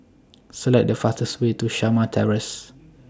Select The fastest Way to Shamah Terrace